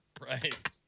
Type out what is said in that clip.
right